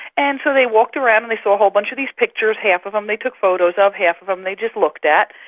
and so they walked around and they saw a whole bunch of these pictures, half of them they took photos of, half of them they just looked at.